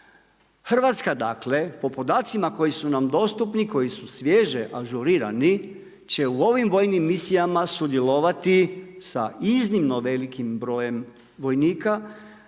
Hrvatska dakle po podacima koji su nam dostupni, koji su svježe ažurirani će u ovim vojnim misijama sudjelovati sa iznimno velikim brojem vojnika.